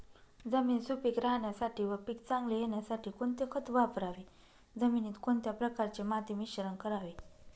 जमीन सुपिक राहण्यासाठी व पीक चांगले येण्यासाठी कोणते खत वापरावे? जमिनीत कोणत्या प्रकारचे माती मिश्रण करावे?